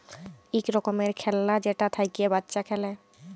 ইক রকমের খেল্লা যেটা থ্যাইকে বাচ্চা খেলে